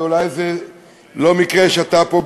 ואולי זה לא מקרה שאתה פה,